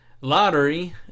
lottery